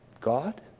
God